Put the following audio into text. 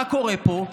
מה קורה פה?